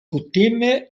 kutime